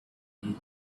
eat